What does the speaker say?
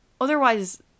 otherwise